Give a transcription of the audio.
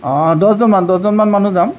দছজনমান দছজনমান মানুহ যাম